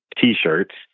t-shirts